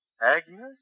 Agnes